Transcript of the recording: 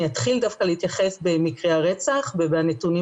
אני אתחיל דווקא להתייחס למקרי רצח והנתונים